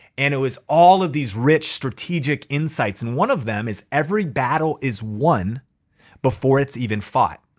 and it was all of these rich strategic insights and one of them is every battle is won before it's even fought.